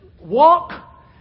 walk